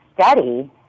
study